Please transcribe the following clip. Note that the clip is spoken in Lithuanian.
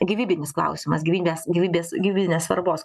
gyvybinis klausimas gyvybės gyvybės gyvybinės svarbos